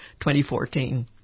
2014